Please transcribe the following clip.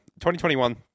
2021